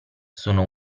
sono